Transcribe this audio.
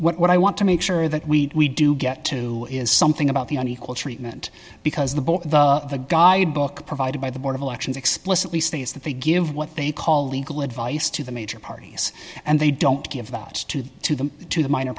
and what i want to make sure that we do get to is something about the unequal treatment because the both the guidebook provided by the board of elections explicitly states that they give what they call legal advice to the major parties and they don't give that to them to the minor